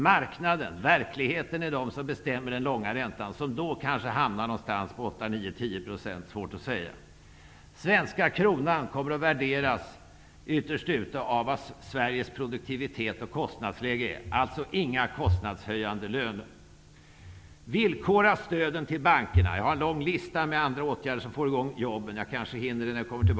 Marknaden, verkligheten, bestämmer den långa räntan, som kanske hamnar på 8, 9 eller 10 %-- det är svårt att uttala sig därom. Svenska kronan kommer ytterst att värderas utifrån Sveriges produktivitet och kostnadsläge -- alltså inga kostnadshöjande löner. Villkora stöden till bankerna! Jag har en lång lista med förslag till andra åtgärder som kanske skulle få i gång jobb. Kanske hinner jag med det senare här.